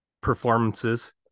performances